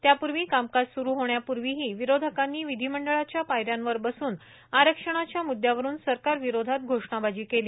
त्यापूर्वी कामकाज स्रु होण्यापूर्वीही विरोधकांनी विधीमंडळाच्या पायऱ्यांवर बसून आरक्षणाच्या मुद्यावरुन सरकारविरोधात घोषणाबाजी केली